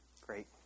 Great